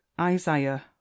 Isaiah